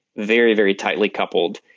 very, very tightly coupled,